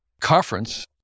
conference